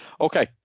Okay